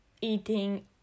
eating